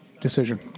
Decision